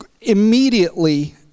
immediately